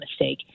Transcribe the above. mistake